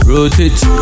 Rotate